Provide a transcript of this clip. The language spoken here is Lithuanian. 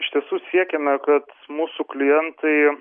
iš tiesų siekiame kad mūsų klientai